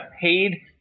paid